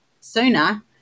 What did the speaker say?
sooner